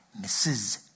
Mrs